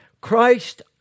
Christ